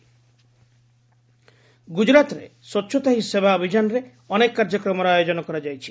Gujarat campaign ଗୁଜରାତ୍ରେ ସ୍ୱଚ୍ଛତା ହି ସେବା ଅଭିଯାନରେ ଅନେକ କାର୍ଯ୍ୟକ୍ରମର ଆୟୋଜନ କରାଯାଇଛି